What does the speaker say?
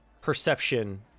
perception